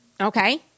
okay